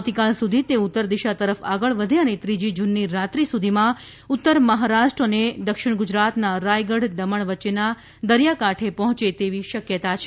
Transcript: આવતીકાલ સુધી તે ઉત્તર દિશા તરફ આગળ વધે અને ત્રીજી જુનની રાત્રી સુધીમાં ઉત્તર મહારાષ્ટ્ર અને દક્ષિણ ગુજરાતના રાયગઢ દમણ વચ્ચેના દરિયા કાંઠે પહોંચે તેવી શક્યતા છે